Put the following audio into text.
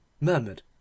murmured